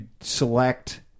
select